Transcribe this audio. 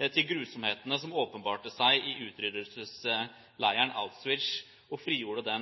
til grusomhetene som åpenbarte seg i utryddelsesleiren Auschwitz, og frigjorde